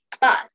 bus